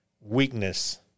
weakness